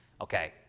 Okay